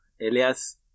Elias